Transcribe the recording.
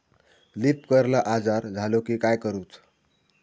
Leaf curl आजार झालो की काय करूच?